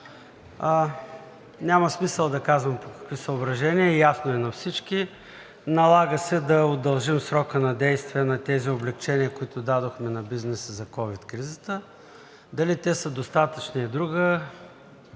Няма смисъл да казвам по какви съображения – ясно е на всички. Налага се да удължим срока на действие на тези облекчения, които дадохме на бизнеса за ковид кризата. Дали те са достатъчни е друга